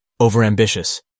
overambitious